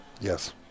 Yes